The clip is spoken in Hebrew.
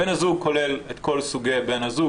בן הזוג כולל כל סוגי בן הזוג,